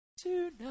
tonight